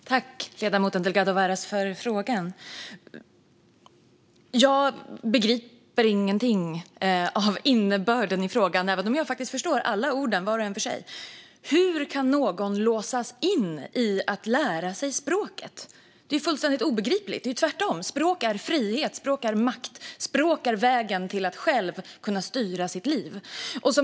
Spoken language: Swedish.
Herr talman! Jag tackar ledamoten Delgado Varas för frågan. Jag begriper ingenting av innebörden i frågan, även om jag förstår alla orden vart och ett för sig. Hur kan någon låsas in i att lära sig språket? Det är fullständigt obegripligt. Det är tvärtom. Språk är frihet, makt och vägen till att själv kunna styra sitt liv.